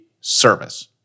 service